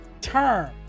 term